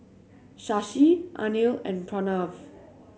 Shashi Anil and Pranav